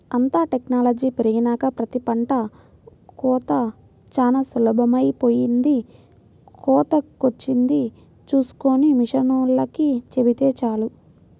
అంతా టెక్నాలజీ పెరిగినాక ప్రతి పంట కోతా చానా సులభమైపొయ్యింది, కోతకొచ్చింది చూస్కొని మిషనోల్లకి చెబితే చాలు